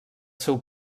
seu